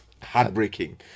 heartbreaking